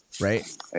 right